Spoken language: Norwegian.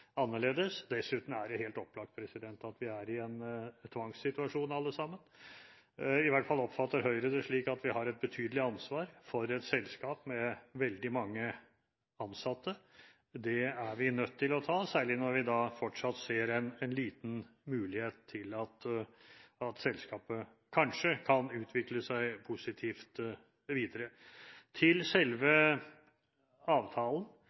annerledes. Dessuten er det helt opplagt at vi er i en tvangssituasjon alle sammen. I hvert fall oppfatter Høyre det slik at vi har et betydelig ansvar for et selskap med veldig mange ansatte. Det ansvaret er vi nødt til å ta, særlig når vi fortsatt ser en liten mulighet for at selskapet kanskje kan utvikle seg positivt videre. Til selve avtalen